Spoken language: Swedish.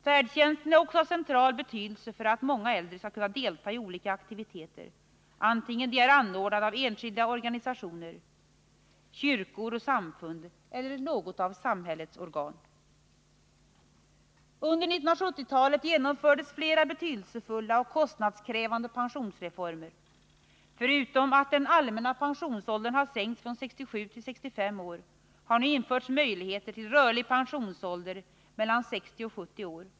Färdtjänsten är också av central betydelse för att många äldre skall kunna delta i olika aktiviteter, antingen de är anordnade av enskilda organisationer, kyrkor och samfund eller något av samhällets organ. Under 1970-talet genomfördes flera betydelsefulla och kostnadskrävande pensionsreformer. Förutom att den allmänna pensionsåldern har sänkts från 67 till 65 år har nu införts möjligheter till rörlig pensionsålder mellan 60 och 70 år.